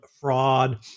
fraud